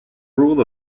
rule